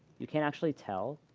you can't actually tell,